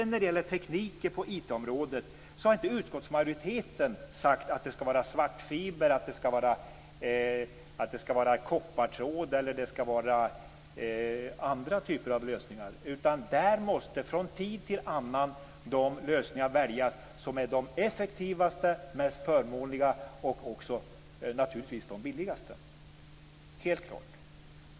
När det gäller tekniken på IT-området har inte utskottsmajoriteten sagt att det skall vara svartfiber, koppartråd eller andra typer av lösningar. Där måste från tid till annan de lösningar väljas som är de effektivaste, mest förmånliga och naturligtvis de billigaste.